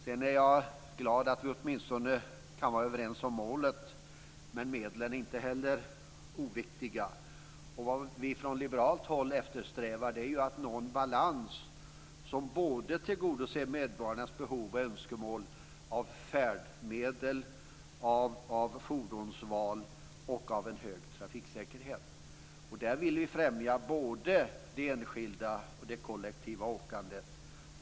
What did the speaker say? Jag är glad att vi åtminstone kan vara överens om målet, men medlen är inte heller oviktiga. Vad vi från liberalt håll eftersträvar är att nå en balans som tillgodoser medborgarnas önskemål och behov av färdmedel, fordonsval och en hög trafiksäkerhet. Där vill vi främja både det enskilda och det kollektiva åkandet.